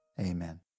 Amen